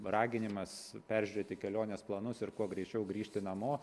raginimas peržiūrėti kelionės planus ir kuo greičiau grįžti namo